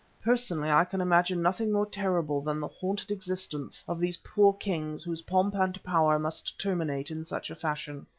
personally, i can imagine nothing more terrible than the haunted existence of these poor kings whose pomp and power must terminate in such a fashion.